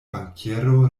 bankiero